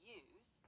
use